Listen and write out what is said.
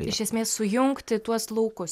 iš esmės sujungti tuos laukus